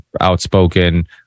outspoken